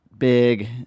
Big